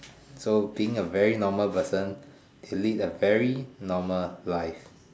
so being a very normal person to lead a very normal life